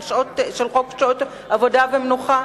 של חוק שעות עבודה ומנוחה?